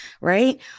right